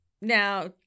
Now